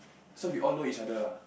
so we all know each other lah